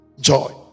joy